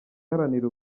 iharanira